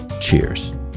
Cheers